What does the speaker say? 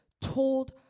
told